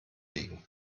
liegen